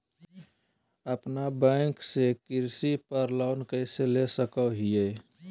अपना बैंक से कृषि पर लोन कैसे ले सकअ हियई?